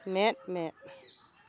ᱢᱮᱫ ᱢᱮᱫ